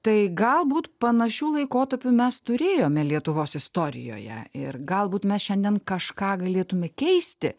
tai galbūt panašių laikotarpių mes turėjome lietuvos istorijoje ir galbūt mes šiandien kažką galėtume keisti